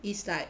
is like